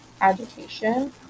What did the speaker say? agitation